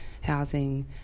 housing